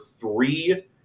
three